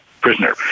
prisoner